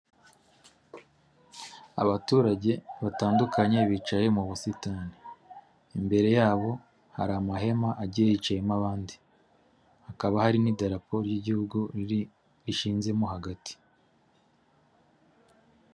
Abaturage batandukanye bicaye mu busitani, imbere yabo hari amahema agiye yicayemo abandi, hakaba hari n'idarapo ry'igihugu ishinzemo hagati.